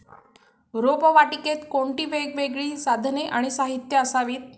रोपवाटिकेत कोणती वेगवेगळी साधने आणि साहित्य असावीत?